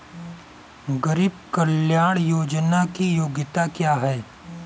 गरीब कल्याण योजना की योग्यता क्या है?